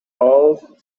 all